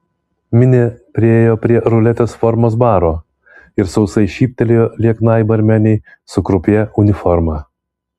minė priėjo prie ruletės formos baro ir sausai šyptelėjo lieknai barmenei su krupjė uniforma